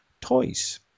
toys